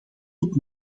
tot